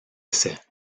essais